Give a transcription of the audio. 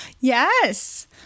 yes